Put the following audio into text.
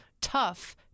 tough